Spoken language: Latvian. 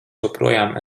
joprojām